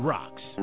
Rocks